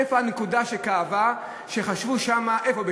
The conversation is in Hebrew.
איפה הנקודה שכאבה, שחשבו שם, איפה?